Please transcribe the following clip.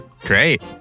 Great